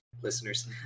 listeners